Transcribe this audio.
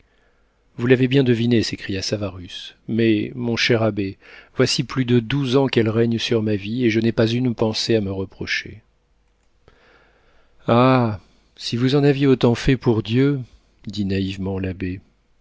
vous l'avez bien devinée s'écria savarus mais mon cher abbé voici plus de douze ans qu'elle règne sur ma vie et je n'ai pas une pensée à me reprocher ah si vous en aviez autant fait pour dieu dit naïvement